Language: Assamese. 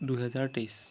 দুহেজাৰ তেইছ